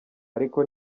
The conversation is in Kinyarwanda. ariko